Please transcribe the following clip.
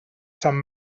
sant